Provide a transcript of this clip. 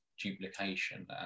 duplication